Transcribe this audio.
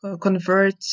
convert